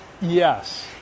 Yes